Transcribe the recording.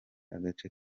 agace